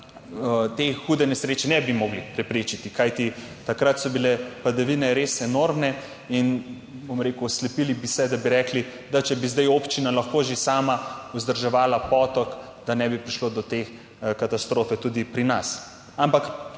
te hude nesreče ne bi mogli preprečiti. Kajti takrat so bile padavine res enormne in, bom rekel, slepili bi se, da bi rekli, da če bi zdaj občina lahko že sama vzdrževala potok, da ne bi prišlo do te katastrofe tudi pri nas.